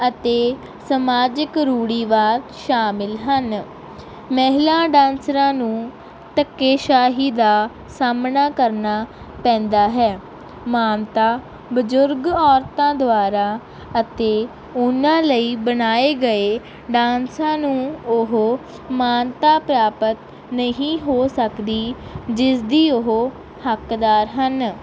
ਅਤੇ ਸਮਾਜਿਕ ਰੂੜੀਵਾਦ ਸ਼ਾਮਲ ਹਨ ਮਹਿਲਾ ਡਾਂਸਰਾਂ ਨੂੰ ਧੱਕੇਸ਼ਾਹੀ ਦਾ ਸਾਹਮਣਾ ਕਰਨਾ ਪੈਂਦਾ ਹੈ ਮਾਨਤਾ ਬਜ਼ੁਰਗ ਔਰਤਾਂ ਦੁਆਰਾ ਅਤੇ ਉਹਨਾਂ ਲਈ ਬਣਾਏ ਗਏ ਡਾਂਸਰਾਂ ਨੂੰ ਉਹ ਮਾਨਤਾ ਪ੍ਰਾਪਤ ਨਹੀਂ ਹੋ ਸਕਦੀ ਜਿਸ ਦੀ ਉਹ ਹੱਕਦਾਰ ਹਨ